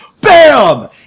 BAM